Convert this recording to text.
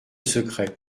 secret